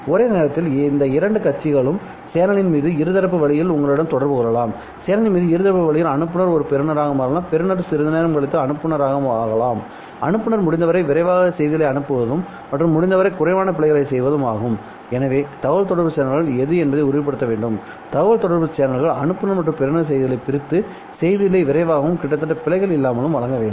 ஒரே நேரத்தில் இந்த இரண்டு கட்சிகளும் சேனலின் மீது இருதரப்பு வழியில் உங்களிடம் தொடர்பு கொள்ளலாம் சேனலின் மீது இருதரப்பு வழியில் அனுப்புநர் ஒரு பெறுநராக மாறலாம் பெறுநர் சிறிது நேரம் கழித்து ஒரு அனுப்புநர் ஆகலாம்அனுப்புநர் முடிந்தவரை விரைவாக செய்திகளை அனுப்புவதும் மற்றும் முடிந்தவரை குறைவான பிழைகளைச் செய்வதும் ஆகும் எனவே தகவல்தொடர்பு சேனல்கள் எது என்பதை உறுதிப்படுத்த வேண்டும் தகவல்தொடர்பு சேனல் அனுப்புநர் மற்றும் பெறுநர் செய்திகளை பிரித்துசெய்திகளை விரைவாகவும் கிட்டத்தட்ட பிழைகள் இல்லாமலும் வழங்க வேண்டும்